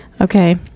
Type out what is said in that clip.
okay